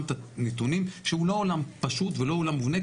הנתונים שהוא לא עולם פשוט ולא עולם מובנה,